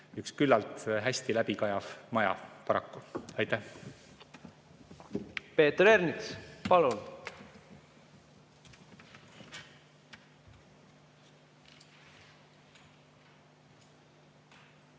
üks küllalt hästi läbikajav maja. Paraku. Aitäh! Peeter Ernits, palun!